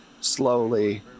slowly